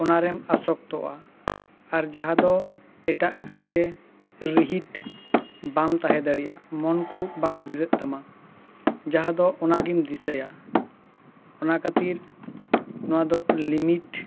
ᱚᱱᱟ ᱨᱮᱢ ᱟᱥᱟᱠᱛᱚᱜᱼᱟ ᱟᱨ ᱡᱟᱦᱟᱸ ᱫᱚ ᱮᱴᱟᱜ ᱠᱟᱹᱢᱤ ᱨᱮ ᱨᱤᱦᱤᱴ ᱵᱟᱢ ᱛᱟᱦᱮᱸ ᱫᱟᱲᱮᱭᱟᱜᱼᱟ ᱢᱚᱱ ᱠᱚ ᱵᱟᱝ ᱵᱷᱤᱲᱟᱹᱜ ᱛᱟᱢᱟ ᱡᱟᱦᱟᱸ ᱫᱚ ᱚᱱᱟ ᱜᱮᱢ ᱫᱤᱥᱟᱭᱟ ᱚᱱᱟ ᱠᱷᱟᱹᱛᱤᱨ ᱱᱚᱣᱟ ᱫᱚ ᱞᱤᱢᱤᱴ